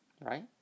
Right